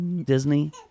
Disney